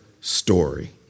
story